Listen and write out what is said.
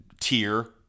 tier